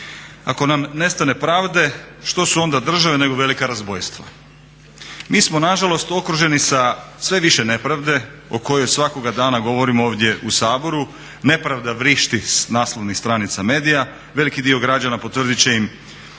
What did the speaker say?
Ako nam nestane pravde što su onda države nego velika razbojstva. Mi smo nažalost okruženi sa sve više nepravde o kojoj svakoga dana govorimo ovdje u Saboru, nepravda vrišti s naslovnih stranica medija. Veliki dio građana potvrdit će